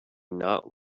not